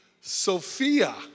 Sophia